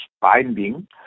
binding